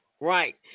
Right